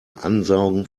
ansaugen